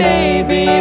Baby